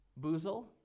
Boozle